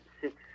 six